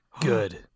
Good